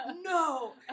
No